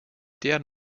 deren